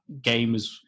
gamers